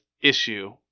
issue